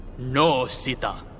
no, sita.